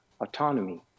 autonomy